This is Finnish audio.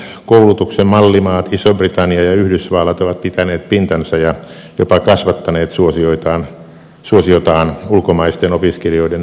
maksullisen koulutuksen mallimaat iso britannia ja yhdysvallat ovat pitäneet pintansa ja jopa kasvattaneet suosiotaan ulkomaisten opiskelijoiden rekrytoimisessa